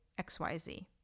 XYZ